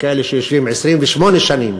יש כאלה שיושבים 28 שנים,